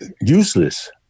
useless